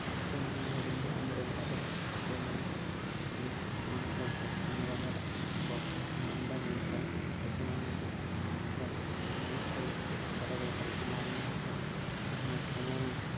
ପଶୁମାନେ ହେଉଛନ୍ତି ଆମର ଘରର ସଦସ୍ୟ ଭଳି ପଶୁମାନଙ୍କ ଯତ୍ନ ନେବା ଦ୍ୱାରା ବହୁତ ଆନନ୍ଦ ମିଳିଥାଏ ପଶୁମାନଙ୍କର କୌଣସି ଖରାପ ଘଟଣା ଅନୁଭବ ହେଲେ ସେମାନେ